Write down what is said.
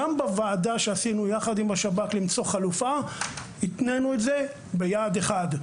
גם בוועדה שעשינו יחד עם השב"כ למצוא חלופה התנינו את זה ביעד אחד,